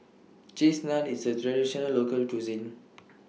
Cheese Naan IS A Traditional Local Cuisine